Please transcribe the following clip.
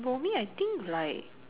for me I think like